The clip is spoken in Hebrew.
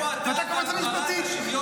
איפה אתה בהגברת השוויון בנטל בחברה הישראלית?